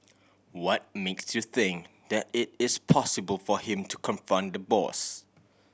what makes you think that it is possible for him to confront the boss